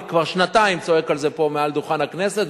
אני כבר שנתיים צועק על זה פה מעל דוכן הכנסת,